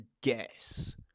guess